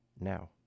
now